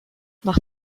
nach